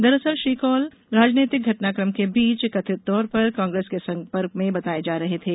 दरअसल श्री कोल राजनैतिक घटनाक्रम के बीच कथित तौर पर कांग्रेस के संपर्क में बताए जा रहे थे